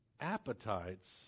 appetites